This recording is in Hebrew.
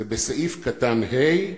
זה בסעיף קטן (ה),